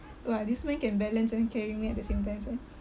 !wah! this man can balance and then carry me at the same times eh